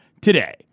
today